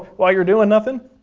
while you're doing nothing?